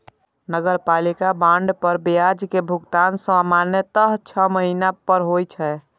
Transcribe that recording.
नगरपालिका बांड पर ब्याज के भुगतान सामान्यतः छह महीना पर होइ छै